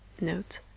Note